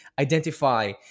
identify